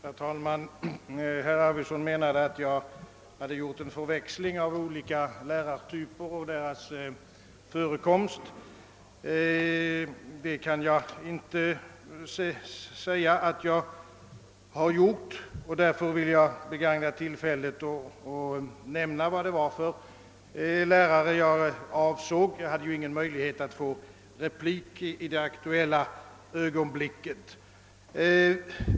Herr talman! Herr Arvidson menade att jag hade förväxlat olika lärartyper och deras förekomst. Det kan jag inte medge att jag gjort, och därför vill jag begagna tillfället att nämna vilka lärare jag avsåg — jag hade ingen möjlighet att få replik i det aktuella ögonblicket.